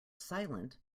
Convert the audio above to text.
silent